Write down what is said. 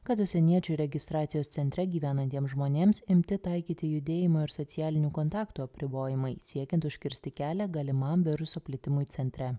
kad užsieniečių registracijos centre gyvenantiem žmonėms imti taikyti judėjimo ir socialinių kontaktų apribojimai siekiant užkirsti kelią galimam viruso plitimui centre